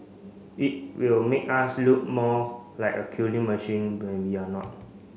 it will make us look more like a killing machine when we're not